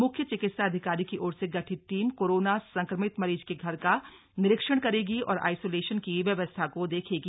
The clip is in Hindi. म्ख्य चिकित्साधिकारी की ओर से गठित टीम कोरोना संक्रमित मरीज के घर का निरीक्षण करेगी और आईसोलेशन की व्यवस्था को देखेगी